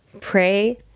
Pray